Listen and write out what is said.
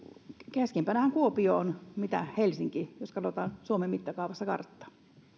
keskempänähän kuopio on kuin helsinki jos katsotaan suomen mittakaavassa karttaa